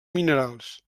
minerals